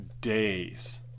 days